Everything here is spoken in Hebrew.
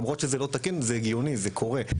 למרות שזה לא תקין, זה הגיוני, זה קורה.